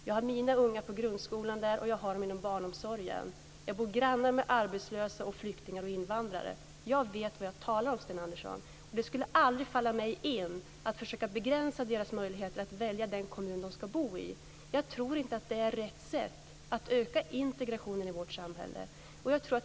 Jag har mina ungar i grundskolan och barnomsorgen där. Jag bor granne med arbetslösa, flyktingar och invandrare. Jag vet vad jag talar om, Sten Andersson. Det skulle aldrig falla mig in att försöka begränsa deras möjligheter att välja den kommun de ska bo i. Jag tror inte att det är rätt sätt att öka integrationen i vårt samhälle.